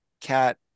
cat